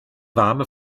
warme